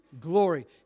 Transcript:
glory